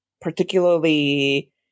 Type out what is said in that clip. particularly